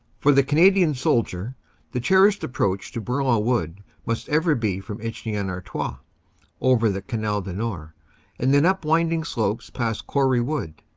for the canadian soldier the cherished approach to bour lon wood must ever be from inchy-en-artois over the canal du nord and then up winding slopes past quarry wood,